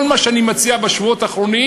כל מה שאני מציע בשבועות האחרונים,